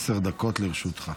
עשר דקות לרשותך.